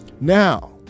Now